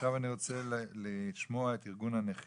עכשיו אני רוצה לשמוע את ארגון הנכים,